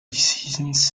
seasons